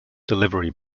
delivery